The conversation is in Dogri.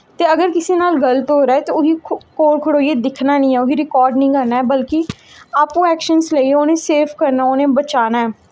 ते अगर किसे नाल गल्त हो दा ऐ ते ओह्दे कोल खड़ोइयै दिक्खना निं ऐ उस्सी रिकार्ड निं करना ऐ बल्कि अप्पू ऐक्शन्स लेइयै उ'नें ई सेफ करना उ'नें ई बचाना ऐ